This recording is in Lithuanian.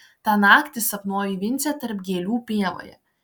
tą naktį sapnuoju vincę tarp gėlių pievoje